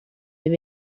they